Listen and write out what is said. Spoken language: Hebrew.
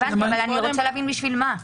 הבנתי אבל אני רוצה להבין בשביל מה.